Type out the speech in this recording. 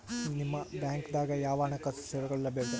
ನಿಮ ಬ್ಯಾಂಕ ದಾಗ ಯಾವ ಹಣಕಾಸು ಸೇವೆಗಳು ಲಭ್ಯವಿದೆ?